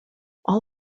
all